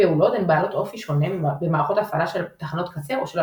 הפעולות הן בעלות אופי שונה במערכות הפעלה של תחנות הקצה או של השרתים.